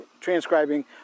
transcribing